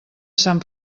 sant